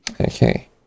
Okay